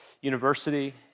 University